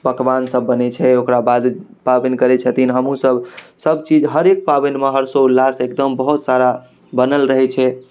पकवानसब बनै छै ओकराबाद पाबनि करै छथिन हमहूँसभ सबचीज हरेक पाबनिमे हर्षोल्लास एकदम बहुत सारा बनल रहै छै